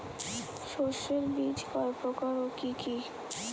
শস্যের বীজ কয় প্রকার ও কি কি?